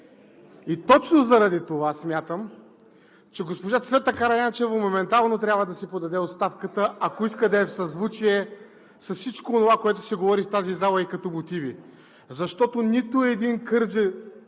И точно заради това смятам, че госпожа Цвета Караянчева моментално трябва да си подаде оставката (шум и реплики от ГЕРБ), ако иска да е в съзвучие с всичко онова, което се говори в тази зала и като мотиви, защото нито един човек